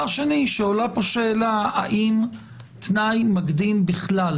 שתיים, עולה פה שאלה האם תנאי מקדים בכלל